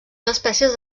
espècies